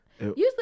Usually